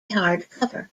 hardcover